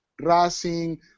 Racing